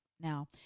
Now